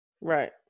right